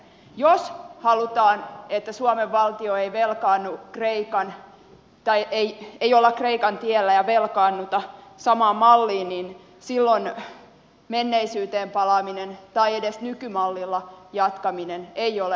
jos halutaan että suomen valtio ei ole kreikan tiellä ja velkaannu samaan malliin niin silloin menneisyyteen palaaminen tai edes nykymallilla jatkaminen ei ole vaihtoehto